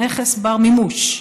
נכס בר-מימוש.